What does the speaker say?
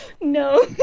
no